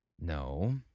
No